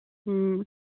ꯎꯝ